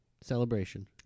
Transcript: celebration